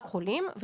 רק חולים.